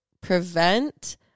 prevent